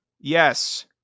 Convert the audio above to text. Yes